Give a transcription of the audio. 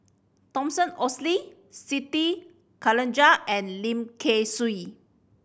Thomas Oxley Siti Khalijah and Lim Kay Siu